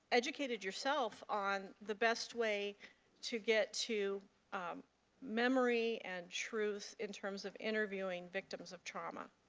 educated yourself on the best way to get to memory and truth in terms of interviewing victims of trauma?